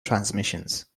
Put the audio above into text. transmissions